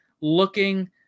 looking